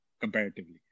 comparatively